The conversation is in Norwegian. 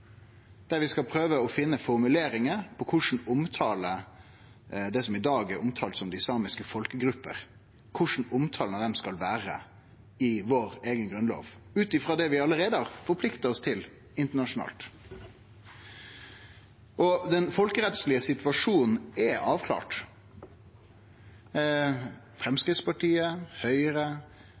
skal omtale det som i dag er omtalt som «den samiske folkegruppa» – korleis omtalen av dei skal vere i vår eiga grunnlov, ut frå det vi allereie har forplikta oss til internasjonalt. Den folkerettslege situasjonen er avklart. Framstegspartiet,